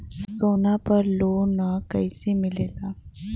सोना पर loan कइसे मिलेला?